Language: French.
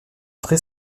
très